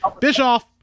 Bischoff